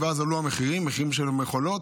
ואז עלו המחירים של המכולות,